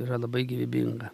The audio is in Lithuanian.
yra labai gyvybinga